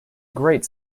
great